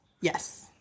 Yes